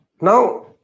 Now